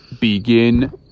begin